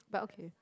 but okay